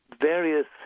various